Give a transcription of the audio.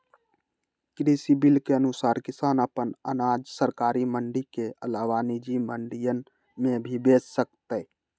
कृषि बिल के अनुसार किसान अपन अनाज सरकारी मंडी के अलावा निजी मंडियन में भी बेच सकतय